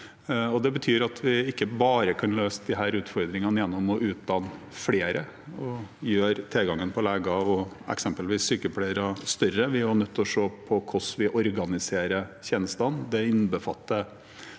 Det betyr at vi ikke bare kan løse disse utfordringene gjennom å utdanne flere og gjøre tilgangen på leger og eksempelvis sykepleiere større. Vi er også nødt til å se på hvordan vi organiserer tjenestene.